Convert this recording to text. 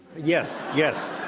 yes, yes.